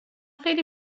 خیلی